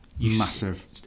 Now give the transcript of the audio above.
Massive